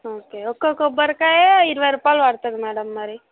okay ఒక కొబ్బరికాయ ఇరవై రూపాయలు పడుతుంది మ్యాడమ్ మరి